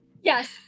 yes